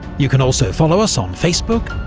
you can also follow us on facebook,